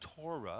Torah